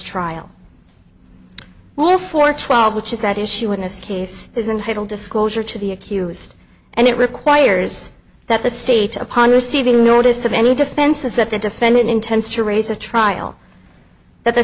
trial well for trial which is at issue in this case is entitled disclosure to the accused and it requires that the state upon receiving notice of any defenses that the defendant intends to raise a trial that the